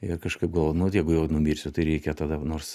ir kažkaip galvoju nu jeigu jau numirsiu tai reikia tada nors